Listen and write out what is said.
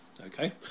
Okay